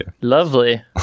Lovely